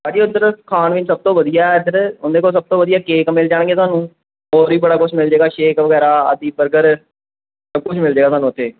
ਭਾਅ ਜੀ ਉੱਧਰ ਖਾਣ ਪੀਣ ਸਭ ਤੋਂ ਵਧੀਆ ਇੱਧਰ ਉਹਦੇ ਕੋਲ ਸਭ ਤੋਂ ਵਧੀਆ ਕੇਕ ਮਿਲ ਜਾਣਗੇ ਤੁਹਾਨੂੰ ਹੋਰ ਵੀ ਬੜਾ ਕੁਛ ਮਿਲ ਜਾਵੇਗਾ ਸ਼ੇਕ ਵਗੈਰਾ ਆਦਿ ਬਰਗਰ ਸਭ ਕੁਛ ਮਿਲ ਜਾਵੇਗਾ ਤੁਹਾਨੂੰ ਉੱਥੇ